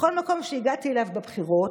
בכל מקום שהגעתי אליו בבחירות,